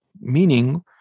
meaning